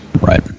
Right